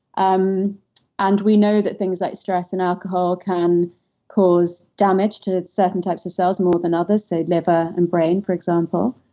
um and we know that things like stress and alcohol can cause damage to certain types of cells more than others. so liver and brain, for example.